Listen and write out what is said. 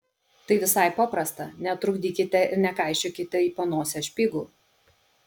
tai visai paprasta netrukdykite ir nekaišiokite į panosę špygų